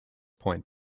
point